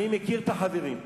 אני מכיר את החברים פה.